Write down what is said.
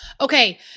Okay